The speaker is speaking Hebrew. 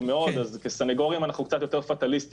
מאוד אז כסנגורים אנחנו קצת יותר פטליסטים,